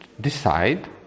decide